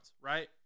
right